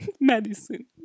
medicine